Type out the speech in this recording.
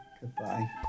Goodbye